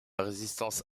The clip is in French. résistance